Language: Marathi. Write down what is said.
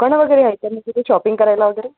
कारण वगैरे आहे का मी तिथे शॉपिंग करायला वगैरे